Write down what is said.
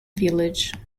village